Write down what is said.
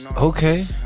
Okay